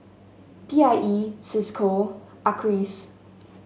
P I E Cisco Acres